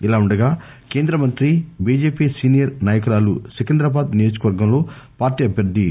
ఇదిలా ఉండగా కేంద్ర మంతి బిజెపి సీనియర్ నాయకురాలు సికింద్రాబాద్నియోజకవర్గంలో పార్టీ అభ్యర్థి జి